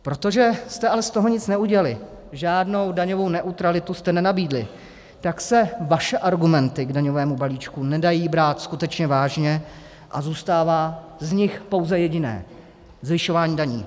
Protože jste ale z toho nic neudělali, žádnou daňovou neutralitu jste nenabídli, tak se vaše argumenty k daňovému balíčku nedají brát skutečně vážně a zůstává z nich pouze jediné zvyšování daní.